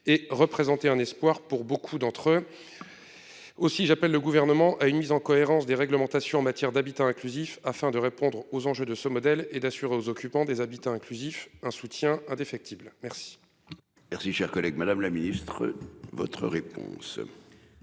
et représenter un espoir pour beaucoup d'entre eux. Aussi, j'appelle le gouvernement à une mise en cohérence des réglementations en matière d'habitat inclusif afin de répondre aux enjeux de ce modèle et d'assurer aux occupants des habitants inclusif un soutien indéfectible. Merci.